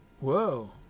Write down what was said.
Whoa